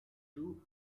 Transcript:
two